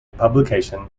publication